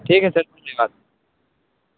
ठीक है सर धन्यवाद